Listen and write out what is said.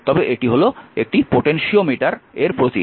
তবে এটি হল এই পোটেনশিওমিটার এর প্রতীক